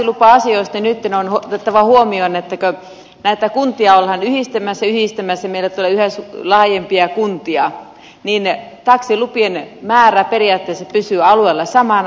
näistä taksilupa asioissa on otettava huomioon että kun näitä kuntia ollaan yhdistämässä ja yhdistämässä ja meille tulee yhä laajempia kuntia niin taksilupien määrä periaatteessa pysyy alueella samana